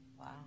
wow